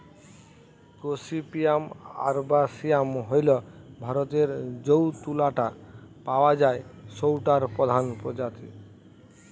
gossypium arboreum হইল ভারতরে যৌ তুলা টা পাওয়া যায় সৌটার প্রধান প্রজাতি